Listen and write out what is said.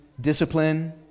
discipline